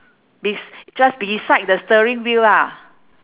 bes~ just beside the steering wheel lah